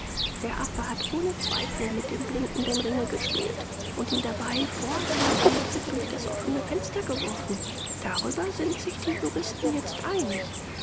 der affe hat ohne zweifel mit dem blinkenden ringe gespielt und ihn dabei vor deinem eintritt durchs offene fenster geworfen darüber sind sich die juristen jetzt einig